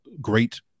great